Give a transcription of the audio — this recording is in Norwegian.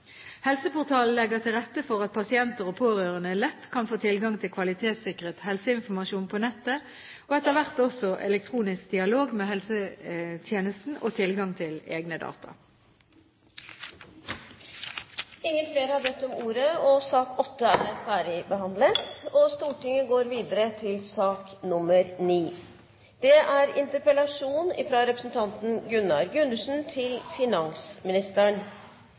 Helseportalen legger til rette for at pasienter og pårørende lett kan få tilgang til kvalitetssikret helseinformasjon på nettet og etter hvert også elektronisk dialog med helsetjenesten og tilgang til egne data. Flere har ikke bedt om ordet til sak nr. 8. La meg starte med en påstand: Et mangfoldig, sterkt, variert og spredt privat eierskap er